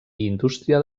indústria